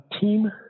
team